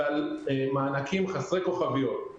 ועל מענקים חסרי כוכביות.